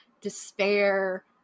despair